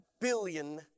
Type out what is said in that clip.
billion